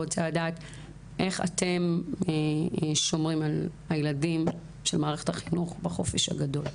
איך אתם שומרים על הילדים של מערכת החינוך בחופש הגדול?